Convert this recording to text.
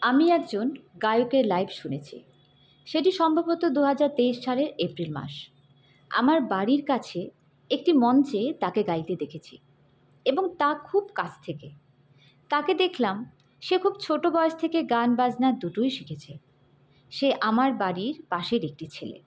আমি একজন গায়কের লাইভ শুনেছি সেটি সম্ভবত দু হাজার তেইশ সালের এপ্রিল মাস আমার বাড়ির কাছে একটি মঞ্চে তাকে গাইতে দেখেছি এবং তা খুব কাছ থেকে তাকে দেখলাম সে খুব ছোট বয়স থেকে গান বাজনা দুটোই শিখেছে সে আমার বাড়ির পাশের একটি ছেলে